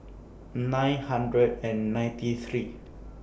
nine hundred and ninety three